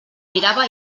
mirava